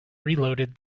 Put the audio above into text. reloaded